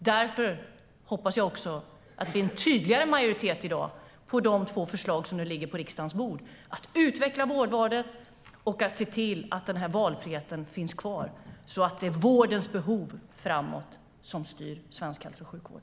Därför hoppas jag att det blir en tydligare majoritet i dag i fråga om de två förslag som nu ligger på riksdagens bord som handlar om att utveckla vårdvalet och att se till att den valfriheten finns kvar, så att vårdens behov framåt styr svensk hälso och sjukvård.